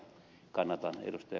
kuopan esitystä